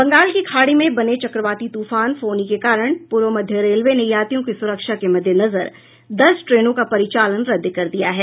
बंगाल की खाड़ी में बने चक्रवाती तूफान फौनी के कारण पूर्व मध्य रेलवे ने यात्रियों की सुरक्षा के मद्देनजर दस ट्रेनों का परिचालन रद्द कर दिया है